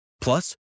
Plus